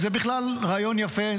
זה בכלל רעיון יפה.